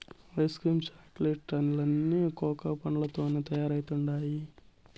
ice cream chocolate లన్నీ cocoa పండ్లతోనే తయారైతండాయి